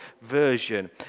version